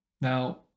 Now